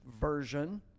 version